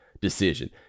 decision